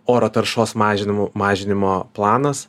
oro taršos mažinimu mažinimo planas